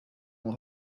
auch